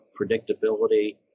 predictability